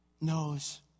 knows